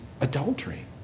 adultery